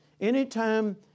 Anytime